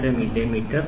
0023 millimetre